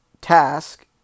task